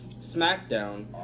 SmackDown